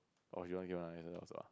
oh also ah